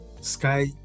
sky